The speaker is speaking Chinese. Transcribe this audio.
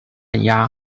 镇压